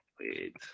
wait